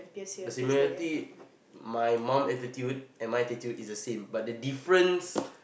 the similarity my mum attitude and my attitude is the same but the difference